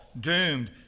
doomed